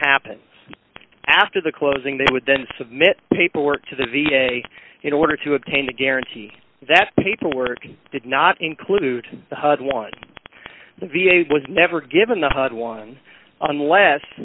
happens after the closing they would then submit paperwork to the v a in order to obtain the guarantee that paperwork did not include the hud one the v a was never given the hud one unless